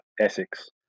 Essex